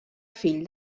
fill